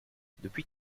depuis